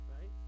Right